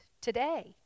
today